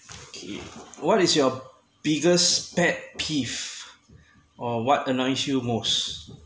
what is your biggest pet peeve or what annoys you most